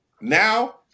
Now